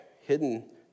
hidden